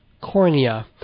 cornea